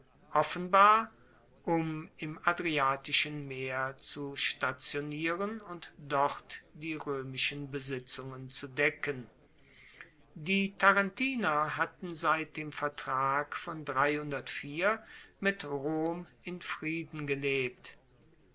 offenbar um im adriatischen meer zu stationieren und dort die roemischen besitzungen zu decken die tarentiner hatten seit dem vertrag von mit rom in frieden gelebt